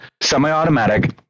semi-automatic